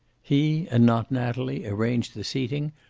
he, and not natalie, arranged the seating,